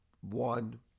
One